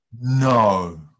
No